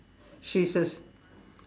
she's a